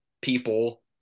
people